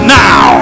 now